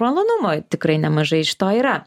malonumo tikrai nemažai iš to yra